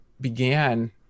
began